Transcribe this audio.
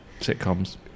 sitcoms